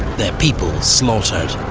their people slaughtered.